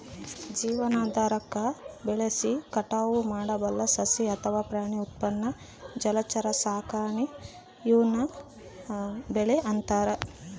ಜೀವನಾಧಾರಕ್ಕಾಗಿ ಬೆಳೆಸಿ ಕಟಾವು ಮಾಡಬಲ್ಲ ಸಸ್ಯ ಅಥವಾ ಪ್ರಾಣಿ ಉತ್ಪನ್ನ ಜಲಚರ ಸಾಕಾಣೆ ಈವ್ನ ಬೆಳೆ ಅಂತಾರ